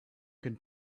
can